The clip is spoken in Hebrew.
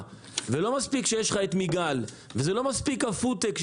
ולא מספיק שיש לך את מיגל ולא מספיק הפוד-טק,